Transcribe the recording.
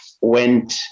went